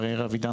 אבידן,